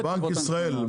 בנק ישראל,